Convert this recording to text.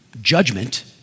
judgment